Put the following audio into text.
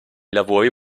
lavori